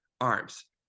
arms